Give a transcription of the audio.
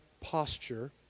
posture